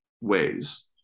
ways